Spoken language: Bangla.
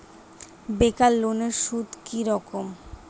বেকার লোনের সুদ কি রকম?